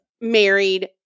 married